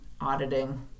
auditing